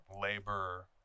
labor